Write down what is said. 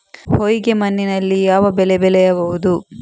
ಹೊಯ್ಗೆ ಮಣ್ಣಿನಲ್ಲಿ ಯಾವ ಬೆಳೆ ಬೆಳೆಯಬಹುದು?